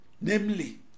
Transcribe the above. namely